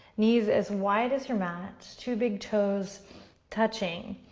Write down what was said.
knees as wide as your mat, two big toes touching.